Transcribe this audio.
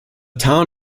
town